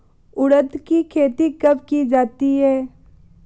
उड़द की खेती कब की जाती है?